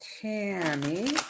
tammy